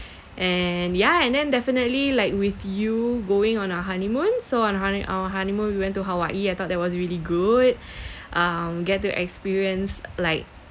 and ya and then definitely like with you going on our honeymoon so on honey our honeymoon we went to hawaii I thought that was really good um get to experience like